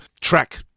track